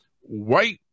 white